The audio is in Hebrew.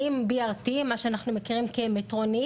האם היא תהיה B.R.T. שאנחנו מכירים כמטרונית,